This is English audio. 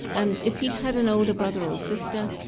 and if he'd had an older brother or sister,